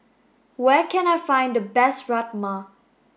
where can I find the best Rajma